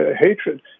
hatred